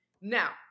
Now